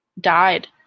died